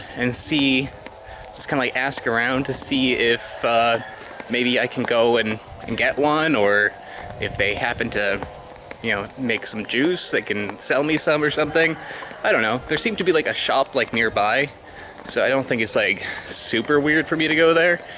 and see just kinda like ask around to see if maybe i can go and and get one or if they happen to you know make some juice they can sell me some or something i don't know, there seemed to be like a shop like nearby so i don't think it's like super weird for me to go there